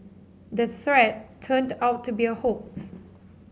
the threat turned out to be a hoax